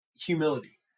humility